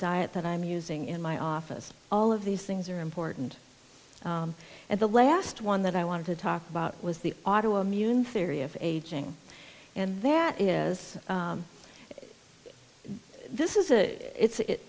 diet that i'm using in my office all of these things are important and the last one that i wanted to talk about was the auto immune theory of aging and that is this is a it's